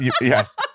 Yes